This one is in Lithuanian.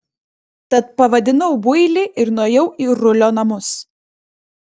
tad pavadinau builį ir nuėjau į rulio namus